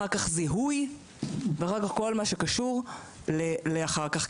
אחר כך זיהוי ואחר כך כל מה שקשור לאחר כך,